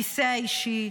הכיסא האישי,